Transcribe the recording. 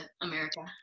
America